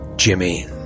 Jimmy